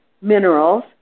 minerals